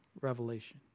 revelation